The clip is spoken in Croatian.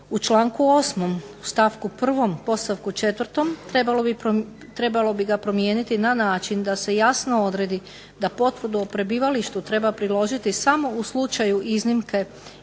U članku 8. stavku 1. podstavku 4. trebalo bi ga promijeniti na način da se jasno odredi da potvrdu o prebivalištu treba priložiti samo u slučaju iznimke